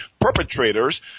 perpetrators